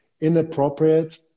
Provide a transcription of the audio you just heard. inappropriate